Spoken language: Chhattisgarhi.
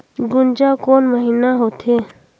गुनजा कोन महीना होथे?